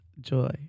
joy